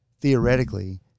theoretically